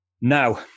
Now